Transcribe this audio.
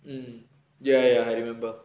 mm ya ya I remember